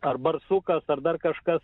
ar barsukas ar dar kažkas